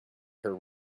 her